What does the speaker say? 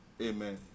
Amen